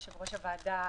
יושב-ראש הוועדה,